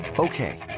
Okay